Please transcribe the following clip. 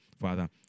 Father